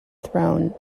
throne